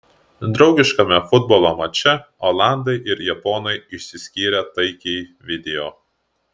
draugiškame futbolo mače olandai ir japonai išsiskyrė taikiai video